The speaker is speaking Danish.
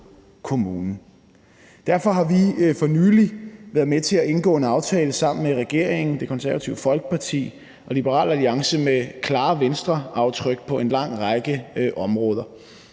Derfor har vi for nylig været med til at indgå en aftale sammen med regeringen, Det Konservative Folkeparti og Liberal Alliance med klare Venstreaftryk på en lang række områder.